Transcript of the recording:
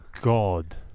god